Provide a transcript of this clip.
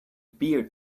beer